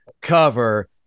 cover